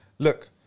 Look